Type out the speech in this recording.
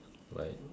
right